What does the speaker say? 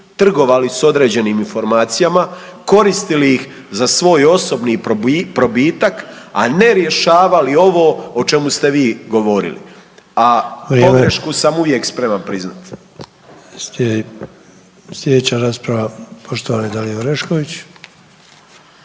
trgovali s određenim informacijama, koristili ih za svoj osobni probitak a ne rješavali ovo o čemu ste vi govorili, a …/Upadica: Vrijeme./… pogrešku sam uvijek spreman priznati.